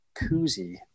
koozie